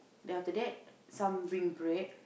then after that some bring bread